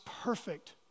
perfect